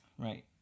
Right